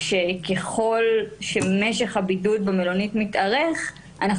וככל שמשך הבידוד במלונית מתארך אנחנו